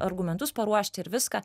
argumentus paruošti ir viską